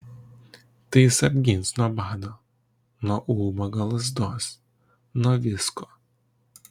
tai jis apgins nuo bado nuo ubago lazdos nuo visko